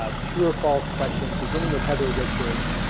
ah true or false questions beginning with heather richards, ah,